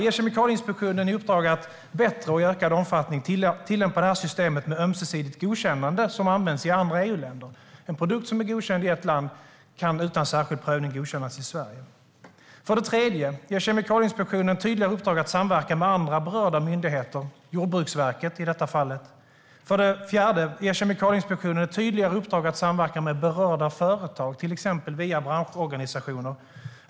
Ge Kemikalieinspektionen i uppdrag att bättre och i ökad omfattning tillämpa det system med ömsesidigt godkännande som används i andra EU-länder, där en produkt som är godkänd i ett land kan godkännas i Sverige utan särskild prövning. Ge Kemikalieinspektionen ett tydligare uppdrag att samverka med andra berörda myndigheter, i detta fall Jordbruksverket. Ge Kemikalieinspektionen ett tydligare uppdrag att samverka med berörda företag, till exempel via branschorganisationer.